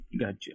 Gotcha